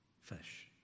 fish